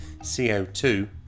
CO2